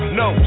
no